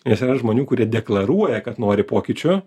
nes yra žmonių kurie deklaruoja kad nori pokyčių